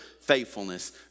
faithfulness